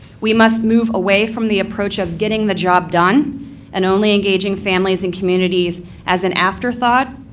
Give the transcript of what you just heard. we must move away from the approach of getting the job done and only engaging families and communities as an afterthought,